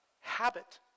habit